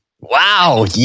Wow